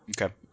Okay